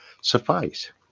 suffice